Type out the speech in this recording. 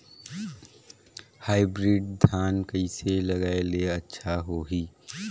Hybrid धान कइसे लगाय ले अच्छा होही?